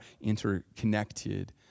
interconnected